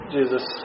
Jesus